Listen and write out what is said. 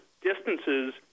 distances